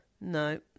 no